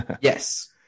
Yes